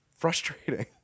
Frustrating